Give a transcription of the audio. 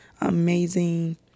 Amazing